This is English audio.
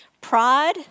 pride